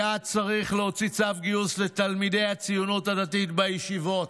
היה צריך להוציא צו גיוס לתלמידי הציונות הדתית בישיבות.